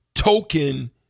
token